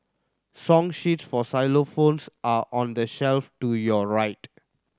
song sheets for xylophones are on the shelf to your right